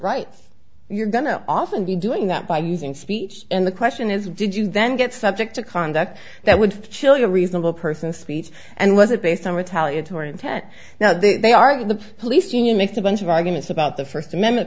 rights you're going to often be doing that by using speech and the question is did you then get subject to conduct that would kill you a reasonable person speech and was it based on retaliatory intent now that they are the police union makes a bunch of arguments about the first amendment